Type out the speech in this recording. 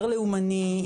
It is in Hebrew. יותר לאומני,